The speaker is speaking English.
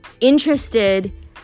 interested